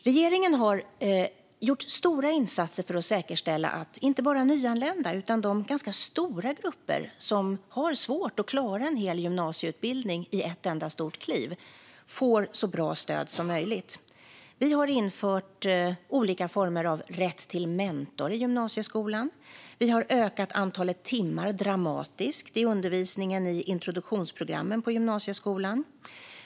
Regeringen har gjort stora insatser för att säkerställa att inte bara nyanlända utan även de ganska stora grupper som har svårt att klara en hel gymnasieutbildning i ett enda stort kliv får så bra stöd som möjligt. Vi har infört olika former av rätt till mentor i gymnasieskolan. Vi har ökat antalet timmar dramatiskt i undervisningen på introduktionsprogrammen på gymnasieskolan.